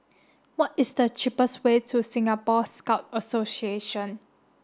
what is the cheapest way to Singapore Scout Association